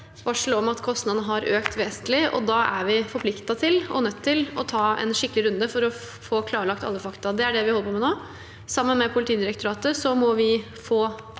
varsel om at kostnadene har økt vesentlig, og da er vi forpliktet til og nødt til å ta en skikkelig runde for å få klarlagt alle fakta. Det er det vi holder på med nå. Sammen med Politidirektoratet må vi få